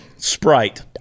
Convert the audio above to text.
Sprite